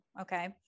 Okay